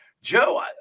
Joe